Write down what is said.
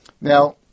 Now